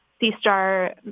C-STAR